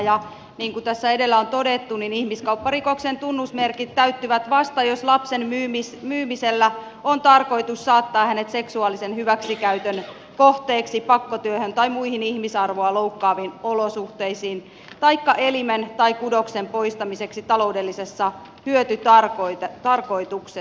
niin kuin tässä edellä on todettu ihmiskaupparikoksen tunnusmerkit täyttyvät vasta jos lapsen myymisellä on tarkoitus saattaa hänet seksuaalisen hyväksikäytön kohteeksi pakkotyöhön tai muihin ihmisarvoa loukkaaviin olosuhteisiin taikka jos kyseessä on elimen tai kudoksen poistaminen taloudellisessa hyötytarkoituksessa